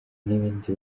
n’ibindi